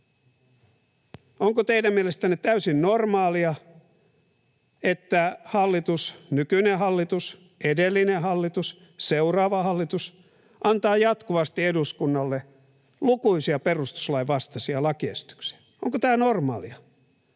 Onko teidän mielestänne täysin normaalia, että hallitus, nykyinen hallitus, edellinen hallitus, seuraava hallitus antaa jatkuvasti eduskunnalle lukuisia perustuslain vastaisia lakiesityksiä? Onko tämä normaalia?